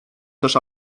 też